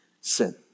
sin